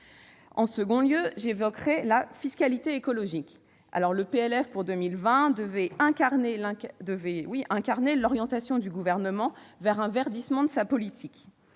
par ailleurs la fiscalité écologique. Le PLF pour 2020 devait incarner l'orientation du Gouvernement vers un verdissement de sa politique.